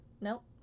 Nope